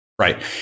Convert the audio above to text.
Right